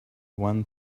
one